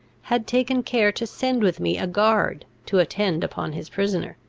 had taken care to send with me a guard to attend upon his prisoner.